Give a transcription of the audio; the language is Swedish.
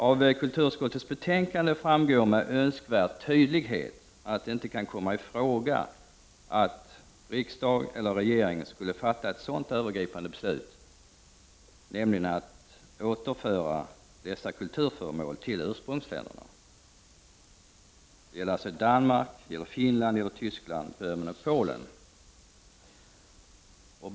Av kulturutskottets betänkande framgår med önskvärd tydlighet att det inte kan komma i fråga att riksdagen eller regeringen skulle fatta ett beslut som är så genomgripande att det innebär att dessa kulturföremål skall återföras till ursprungsländerna. Det gäller då Danmark, Finland, Tyskland, Böhmen och Polen.